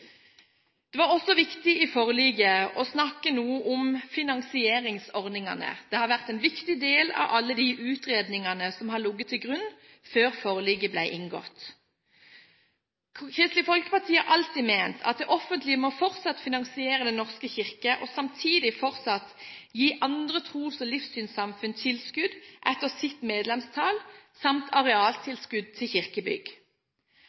Det var også viktig i forliket å snakke noe om finansieringsordningene. Det har vært en viktig del av alle de utredningene som har ligget til grunn før forliket ble inngått. Kristelig Folkeparti har alltid ment at det offentlige fortsatt må finansiere Den norske kirke og samtidig gi andre tros- og livssynssamfunn tilskudd etter sine medlemstall, samt